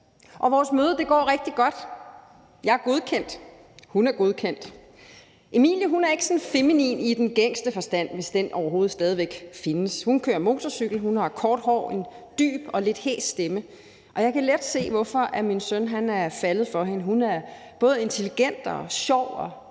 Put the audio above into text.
Vores møde går rigtig godt – jeg er godkendt, hun er godkendt. Emilie er ikke feminin i den gængse forstand, hvis den overhovedet stadig væk findes. Hun kører motorcykel, hun har kort hår og en dyb og lidt hæs stemme, og jeg kan let se, hvorfor min søn er faldet for hende; hun er både intelligent, sjov og